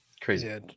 crazy